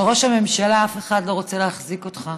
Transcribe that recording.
אבל, ראש הממשלה, אף אחד לא רוצה להחזיק אותך.